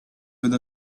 with